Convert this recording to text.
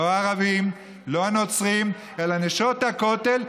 לא הערבים, לא הנוצרים, אלא נשות הכותל.